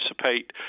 participate